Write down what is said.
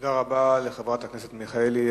תודה רבה לחברת הכנסת מיכאלי.